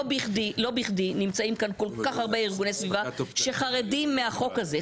לא בכדי נמצאים כאן כל כך הרבה ארגוני סביבה שחרדים מהחוק הזה.